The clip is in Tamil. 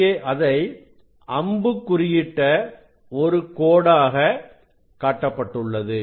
இங்கே அதை அம்புக் குறியிட்ட ஒரு கோடாக காட்டப்பட்டுள்ளது